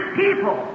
people